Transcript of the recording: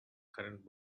current